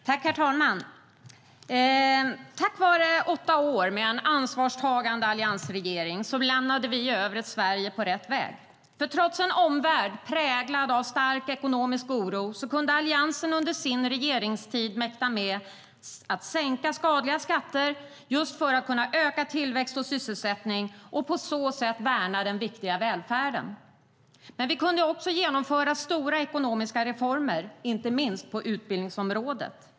Herr talman! Tack vare åtta år med en ansvarstagande alliansregering lämnade vi över ett Sverige på rätt väg. Trots en omvärld präglad av stark ekonomisk oro kunde Alliansen under sin regeringstid mäkta med att sänka skadliga skatter just för att kunna öka tillväxt och sysselsättning och på så sätt värna den viktiga välfärden. Men vi kunde också genomföra stora ekonomiska reformer, inte minst på utbildningsområdet.